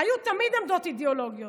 היו תמיד עמדות אידיאולוגיות,